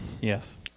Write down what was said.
Yes